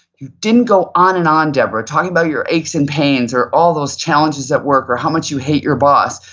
you didn't go on and on debra, talking about your aches and pains or all those challenges at work or how much you hate your boss.